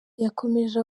yakomeje